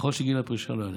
ככל שגיל הפרישה לא יעלה.